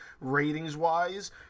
ratings-wise